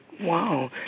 Wow